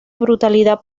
brutalidad